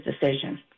decision